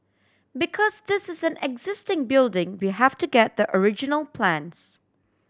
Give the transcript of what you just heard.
because this is an existing building we have to get the original plans